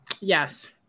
Yes